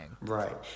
Right